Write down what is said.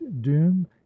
doom